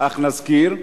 אך נזכיר,